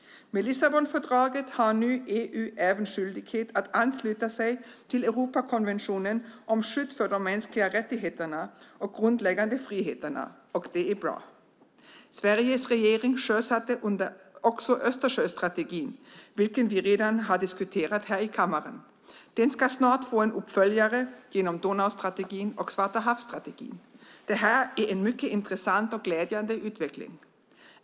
Med Lissabonfördraget har nu EU även skyldighet att ansluta sig till Europakonventionen om skydd för de mänskliga rättigheterna och grundläggande friheterna. Det är bra. Sveriges regering sjösatte också Östersjöstrategin, vilken vi redan har diskuterat här i kammaren. Den ska snart få en uppföljare genom Donaustrategin och Svarta havsstrategin. Det är en mycket intressant och glädjande utveckling.